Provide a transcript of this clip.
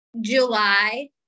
July